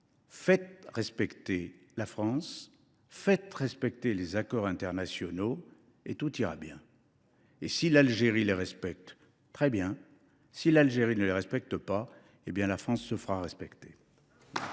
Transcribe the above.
Faites respecter la France, faites respecter les accords internationaux, et tout ira bien. Si l’Algérie respecte les accords, très bien ; si l’Algérie ne les respecte pas, la France, elle, se fera respecter.